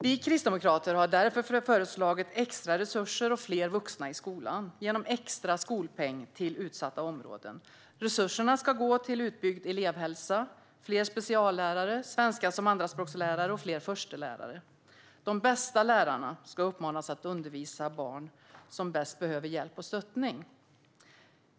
Vi kristdemokrater har därför föreslagit extra resurser och fler vuxna i skolan, genom extra skolpeng till utsatta områden. Resurserna ska gå till utbyggd elevhälsa, fler speciallärare och lärare i svenska som andraspråk och fler förstelärare. De bästa lärarna ska uppmanas att undervisa de barn som bäst behöver hjälp och stöttning.